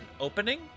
opening